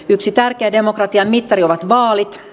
yksi tärkeä demokratian mittari ovat vaalit